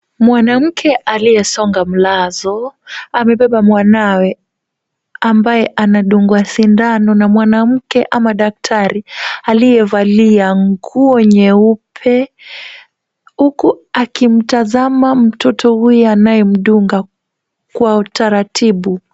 Mwanamke aliyesonga mlazo, amebeba mwanawe ambaye anadungwa sindano na mwanamke ama daktari aliyevalia nguo nyeupe huku akimtazama mtoto huyu anayemdunga kwa utaratibu.